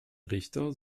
richter